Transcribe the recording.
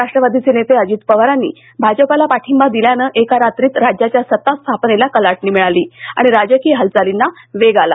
राष्ट्रवादीचे नेते अजित पवारांनी भाजपला पाठिंबा दिल्यानं एका रात्रीत राज्याच्या सत्तास्थापनेला कलाटणी मिळाली आणि राजकीय हालचालींना वेग आला